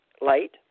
light